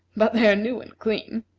but they are new and clean.